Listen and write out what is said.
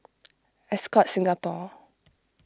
Ascott Singapore